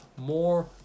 more